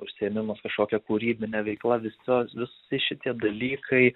užsiėmimas kažkokia kūrybinė veikla visos visi šitie dalykai